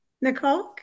Nicole